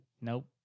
Nope